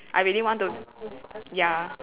I really want to ya